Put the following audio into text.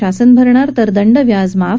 शासन भरणार तर दंड व्याज माफ